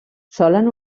solen